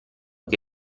che